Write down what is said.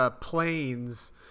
Planes –